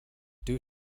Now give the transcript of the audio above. due